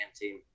team